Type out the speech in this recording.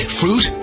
fruit